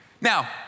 Now